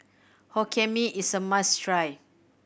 Hokkien Mee is a must try